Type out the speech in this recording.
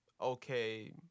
okay